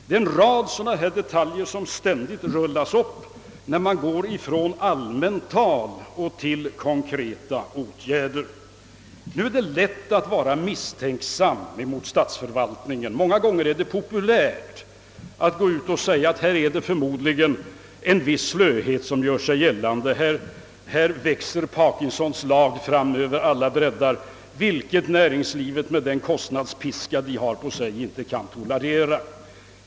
Det är en rad sådana här detaljer som rullas upp när man går från allmänt tal till konkreta åtgärder. Nu är det lätt att vara misstänksam mot statsförvaltningen. Många gånger är det populärt att säga, att här är det förmodligen en viss slöhet — Parkinsons "lag gör sig gällande över alla bräddar, något som näringslivet med den kostnadspiska det har över sig inte kan tole 'rera.